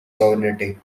sovereignty